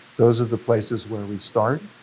those are the places where we start.